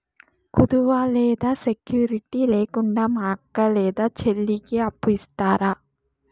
కుదువ లేదా సెక్యూరిటి లేకుండా మా అక్క లేదా చెల్లికి అప్పు ఇస్తారా?